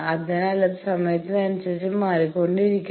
അതിനാൽ അത് സമയത്തിനനുസരിച്ചു മാറിക്കൊണ്ടിരിക്കും